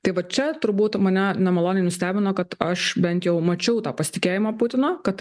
tai va čia turbūt mane nemaloniai nustebino kad aš bent jau mačiau tą pasitikėjimą putino kad